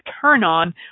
turn-on